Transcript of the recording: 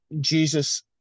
jesus